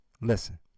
listen